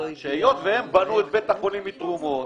שהיות והם בנו את בית החולים מתרומות